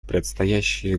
предстоящие